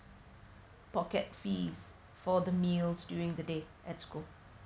pocket fees for the meals during the day at school